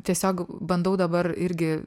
tiesiog bandau dabar irgi